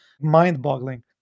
mind-boggling